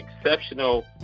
exceptional